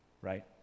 right